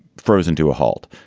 frozen to a halt.